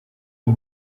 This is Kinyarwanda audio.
iyi